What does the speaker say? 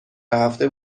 هفته